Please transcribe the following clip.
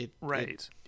Right